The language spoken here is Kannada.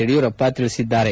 ಯಡಿಯೂರಪ್ಪ ಹೇಳಿದ್ದಾರೆ